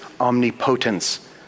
omnipotence